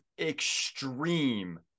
extreme